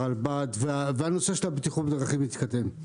הרלב"ד ונושא בטיחות בדרכים יתקדם.